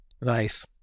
Nice